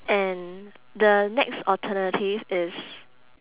and the next alternative is